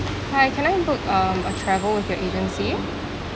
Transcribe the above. hi can I book um a travel with your agency